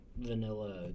vanilla